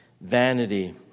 Vanity